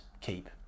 keep